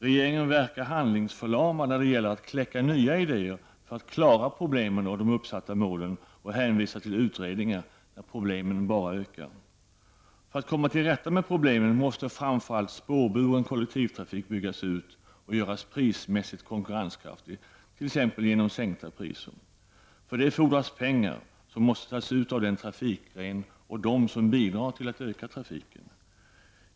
Regeringen verkar handlingsförlamad när det gäller att kläcka nya idéer för att klara problemen och de uppsatta målen och hänvisar till utredningar när problemen bara ökar. För att komma till rätta med problemen måste framför allt spårburen kollektivtrafik byggas ut och göras prismässigt konkurrenskraftig t.ex. genom sänkning av priserna. För det fordras pengar som måste tas ut av den trafikgren och av dem som bidrar till att öka trafiken.